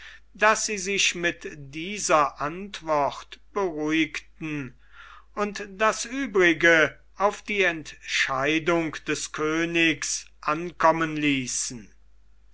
daß sie sich mit dieser antwort beruhigten und das uebrige auf die entscheidung des königs ankommen ließen